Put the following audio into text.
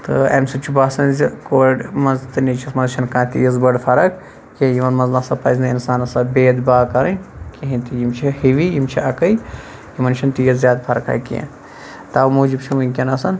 تہٕ امہ سۭتۍ چھُ باسان زِ کورِ مَنٛز تہٕ نیٚچوِس مَنٛز چھِ نہٕ کانٛہہ تیٖژ بٔڑ فَرَق کینٛہہ یِمَن مَنٛز نَسا پَزِ نہٕ اِنسانَس اکھ بید باو کَرٕنۍ کِہِنۍ تہِ یِم چھِ ہِوی یِم چھِ اَکے یِمَن چھَنہ تیٖژ زیاد فَرکھا کینٛہہ تَو موٗجُب چھُ وٕنکٮ۪ن